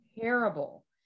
terrible